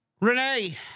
Renee